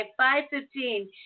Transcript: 5.15